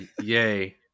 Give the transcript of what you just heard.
yay